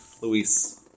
Luis